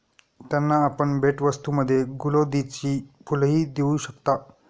त्यांना आपण भेटवस्तूंमध्ये गुलौदीची फुलंही देऊ शकता